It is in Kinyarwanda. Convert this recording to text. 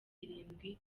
irindwi